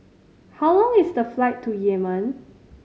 how long is the flight to Yemen